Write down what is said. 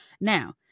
Now